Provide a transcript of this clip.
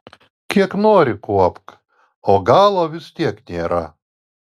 kiek nori kuopk o galo vis tiek nėra